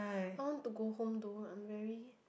I want to go home though I'm very